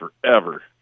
forever